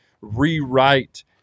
rewrite